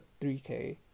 3k